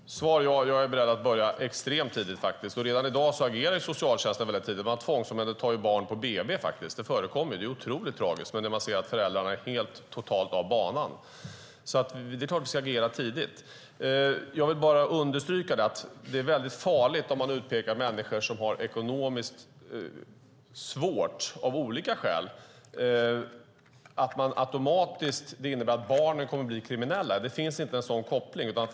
Herr talman! Svaret är ja. Jag är beredd att börja extremt tidigt. Redan i dag agerar socialtjänsten tidigt. Man tvångsomhändertar ju barn på bb. Det förekommer faktiskt. Det är otroligt tragiskt. Man gör det när man ser att föräldrarna är totalt av banan. Det är klart att vi ska agera tidigt. Jag vill understryka att det är farligt om man utpekar människor som har det ekonomiskt svårt av olika skäl och säger att deras barn kommer att bli kriminella. Det finns ingen sådan koppling.